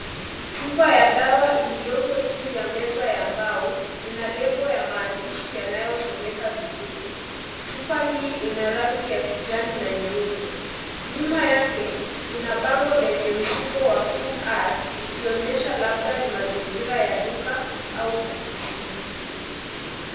Chupa ya dawa iliyoko juu ya meza ya mbao ina lebo ya maandishi inayosomeka vizuri. Chupa hii ina rangi ya kijani na nyeupe ,nyuma yake kuna bango lenye msimbo wa QR , ikionyesha labda ni mazingira ya duka au ofisini.